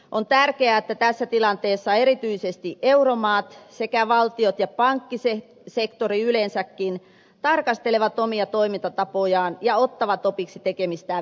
on tärkeää että tässä tilanteessa erityisesti euromaat sekä valtiot ja pankkisektori yleensäkin tarkastelevat omia toimintatapojaan ja ottavat opiksi tekemistään virheistä